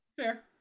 Fair